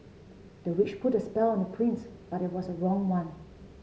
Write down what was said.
the witch put a spell on the prince but it was the wrong one